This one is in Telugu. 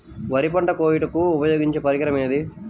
వరి పంట కోయుటకు ఉపయోగించే పరికరం ఏది?